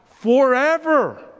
forever